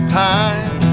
time